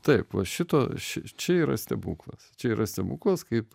taip va šito šičia yra stebuklas čia yra stebuklas kaip